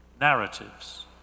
narratives